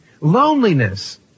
Loneliness